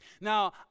Now